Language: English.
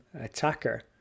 attacker